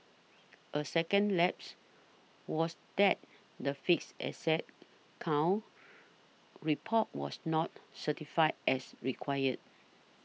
a second lapse was that the fixed asset count report was not certified as required